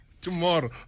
Tomorrow